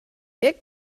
ihr